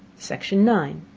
section nine.